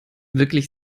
wirklich